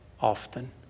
often